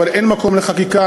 אבל אין מקום לחקיקה,